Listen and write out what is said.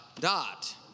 dot